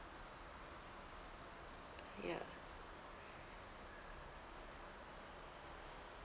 ya